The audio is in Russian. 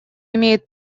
имеет